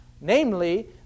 Namely